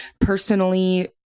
personally